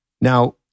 Now